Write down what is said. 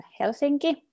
Helsinki